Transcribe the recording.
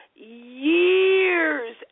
years